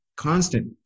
constant